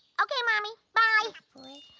okay mommy, bye.